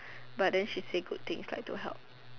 but then she say good things like to help